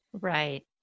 Right